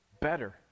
Better